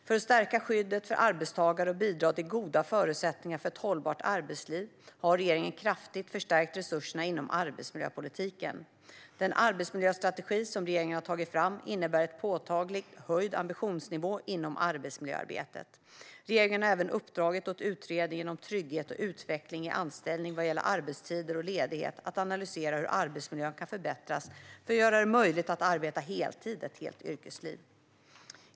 För att stärka skyddet för arbetstagare och bidra till goda förutsättningar för ett hållbart arbetsliv har regeringen kraftigt stärkt resurserna inom arbetsmiljöpolitiken. Den arbetsmiljöstrategi som regeringen har tagit fram innebär en påtagligt höjd ambitionsnivå inom arbetsmiljöarbetet. Regeringen har även uppdragit åt utredningen om trygghet och utveckling i anställningen vad gäller arbetstider och ledighet att analysera hur arbetsmiljön kan förbättras för att göra det möjligt att arbeta heltid i ett helt yrkesliv.